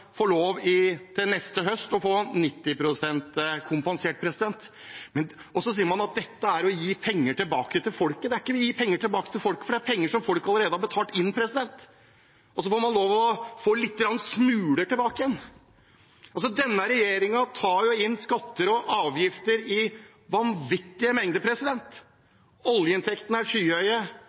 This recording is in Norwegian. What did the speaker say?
få lov til å få 90 pst. kompensert. Så sier man at dette er å gi penger tilbake til folket. Det er ikke å gi penger tilbake til folket, for det er penger folk allerede har betalt inn, og så får man lov til å få noen få smuler tilbake. Denne regjeringen tar jo inn skatter og avgifter i vanvittige mengder. Oljeinntektene er